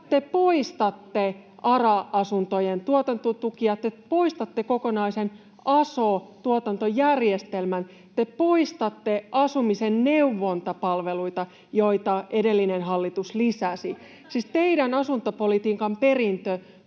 Te poistatte ARA-asuntojen tuotantotukia, te poistatte kokonaisen aso-tuotantojärjestelmän. Te poistatte asumisen neuvontapalveluita, joita edellinen hallitus lisäsi. [Mia Laihon välihuuto] Siis